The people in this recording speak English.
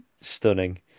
stunning